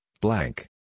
blank